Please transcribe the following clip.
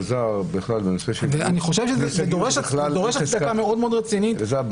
אלעזר --- אני חושב שזה דורש הצדקה מאוד מאוד רצינית --- אלעזר,